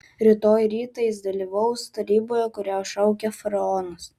rytoj rytą jis dalyvaus taryboje kurią šaukia faraonas